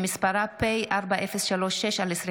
שמספרה פ/4036/25.